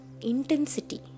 intensity